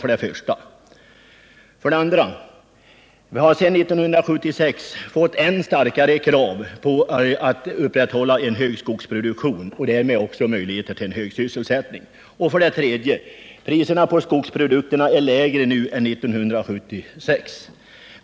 För det andra har vi sedan 1976 fått än starkare krav på att upprätthålla en hög skogsproduktion och därmed möjligheter till en högre sysselsättning. För det tredje är priserna på skogsprodukter lägre nu än 1976.